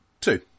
Two